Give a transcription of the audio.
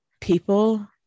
people